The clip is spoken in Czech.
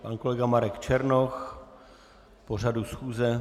Pan kolega Marek Černoch k pořadu schůze.